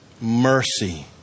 mercy